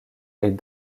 est